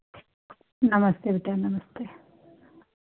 नमस्ते बेटा नमस्ते